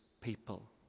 people